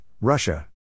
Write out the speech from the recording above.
Russia